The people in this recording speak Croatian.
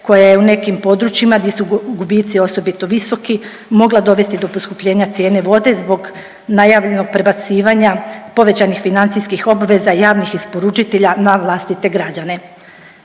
koja je u nekim područjima di su gubici osobito visoki mogla dovesti do poskupljenja cijene vode zbog najavljenog prebacivanja povećanih financijskih obveza javnih isporučitelja na vlastite građane.